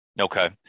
Okay